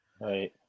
Right